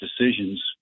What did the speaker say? decisions